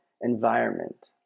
environment